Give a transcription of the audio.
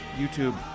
YouTube